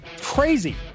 Crazy